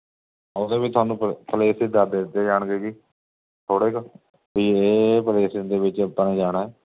ਉਹਦੇ ਵਿੱਚ ਤੁਹਾਨੂੰ ਪ ਪਲੇਸਿਜ਼ ਦੱਸ ਦਿੱਤੇ ਜਾਣਗੇ ਜੀ ਥੋੜੇ ਕੁ ਵੀ ਇਹ ਇਹ ਪਲੇਸਿਜ਼ ਦੇ ਵਿੱਚ ਆਪਾਂ ਨੇ ਜਾਣਾ ਹੈ